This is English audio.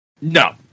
No